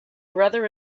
brother